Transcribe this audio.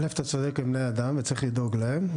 א' אתה צודק הם בני אדם וצריך לדאוג להם.